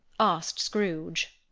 asked scrooge.